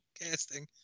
casting